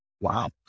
Wow